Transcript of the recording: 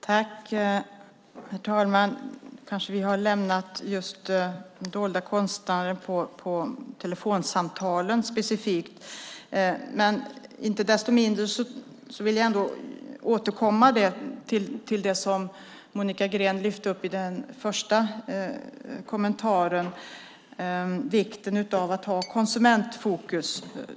Herr talman! Vi kanske har lämnat just dolda kostnader på telefonsamtalen. Inte desto mindre vill jag återkomma till det som Monica Green lyfte upp i den första kommentaren, vikten av att ha konsumentfokus.